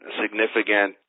significant